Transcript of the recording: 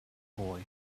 boy